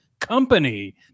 Company